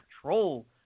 control